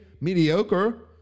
mediocre